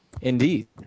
Indeed